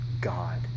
God